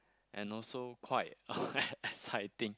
and also quite exciting